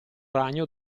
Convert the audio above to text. ragno